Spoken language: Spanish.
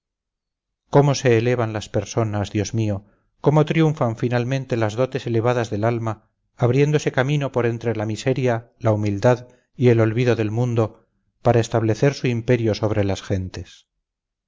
cómo se elevan las personas dios mío cómo triunfan finalmente las dotes elevadas del alma abriéndose camino por entre la miseria la humildad y el olvido del mundo para establecer su imperio sobre las gentes